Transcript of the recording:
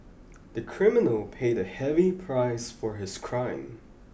the criminal paid a heavy price for his crime